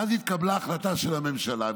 ואז התקבלה החלטה של הממשלה,